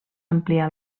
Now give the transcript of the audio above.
ampliar